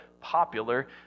popular